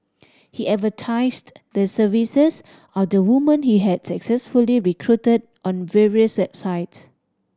he advertised the services of the women he had successfully recruited on various website